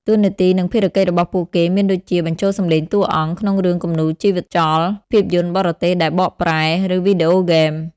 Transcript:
តួនាទី និងភារកិច្ចរបស់ពួកគេមានដូចជា បញ្ចូលសំឡេងតួអង្គ ក្នុងរឿងគំនូរជីវចល ភាពយន្តបរទេសដែលបកប្រែ ឬវីដេអូហ្គេម។